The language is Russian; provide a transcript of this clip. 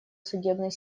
судебной